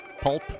Pulp